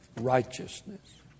righteousness